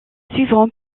suivront